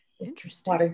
interesting